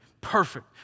Perfect